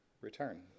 return